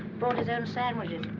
brought his own sandwiches.